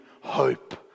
hope